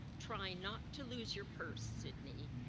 try not to lose your purse sidney,